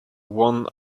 one